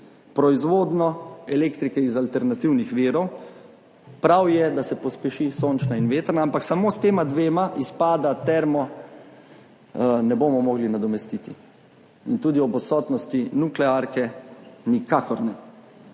proizvodnjo elektrike iz alternativnih virov, prav je, da se pospešita sončna in vetrna, ampak samo s tema dvema izpada termo ne bomo mogli nadomestiti in tudi ob odsotnosti nuklearke nikakor ne.